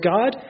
God